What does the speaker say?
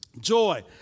joy